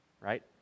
right